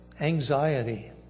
anxiety